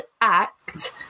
act